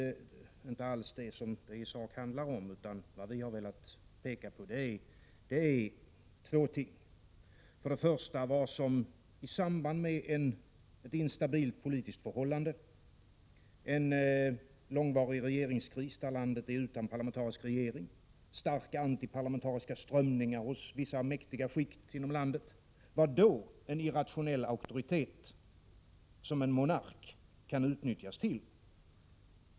1986/87:54 För det första: Vad kan då en irrationell auktoritet som en monark utnyttjas 14 januari 1987 till i samband med ett instabilt politiskt förhållande, en långvarig regringgee Z— kris, där landet är utan parlamentarisk regering, och starka, antiparlamenta Vissagrundlagsfrågor m.m. riska strömningar råder inom vissa mäktiga skikt i landet?